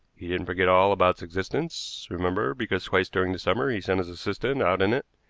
he didn't forget all about existence, remember, because twice during the summer he sent his assistant out in it,